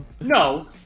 No